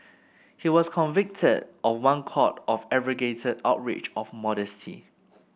he was convicted of one count of aggravated outrage of modesty